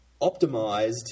optimized